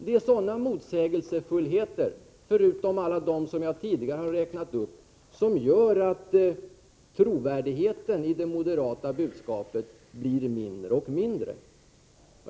Det är sådana motsägelser, förutom alla dem jag tidigare har räknat upp, som gör att trovärdigheten i det moderata budskapet blir mindre och mindre.